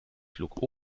flug